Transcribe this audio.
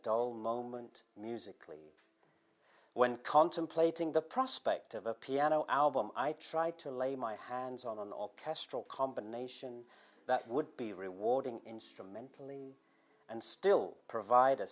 dull moment musically when contemplating the prospect of a piano album i tried to lay my hands on all kestrel combination that would be rewarding instrumental and still provide a